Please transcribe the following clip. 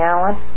Alan